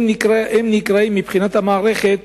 הם נקראים מבחינת המערכת